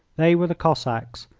they were the cossacks,